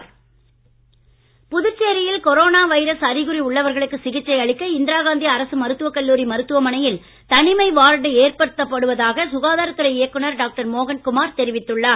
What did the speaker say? மோகன்குமார் புதுச்சேரியில் corona virus அறிகுறி உள்ளவர்களுக்கு சிகிச்சை அளிக்க இந்திராகாந்தி அரசு மருத்துவக் கல்லூரி மருத்துவமனையில் தனிமை வார்டு ஏற்படுத்தப் படுவதாக சுகாதாரத் துறை இயக்குனர் டாக்டர் மோகன்குமார் தெரிவித்துள்ளார்